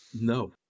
No